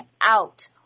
out